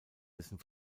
dessen